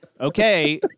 okay